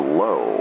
low